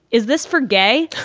is this for gay?